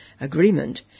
agreement